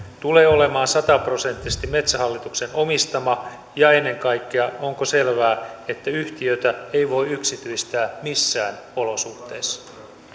tulee olemaan sataprosenttisesti metsähallituksen omistama ja ennen kaikkea onko selvää että yhtiötä ei voi yksityistää missään olosuhteissa